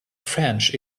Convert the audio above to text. french